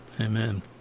Amen